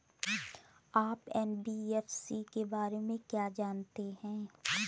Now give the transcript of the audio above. आप एन.बी.एफ.सी के बारे में क्या जानते हैं?